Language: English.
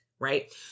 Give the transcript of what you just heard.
Right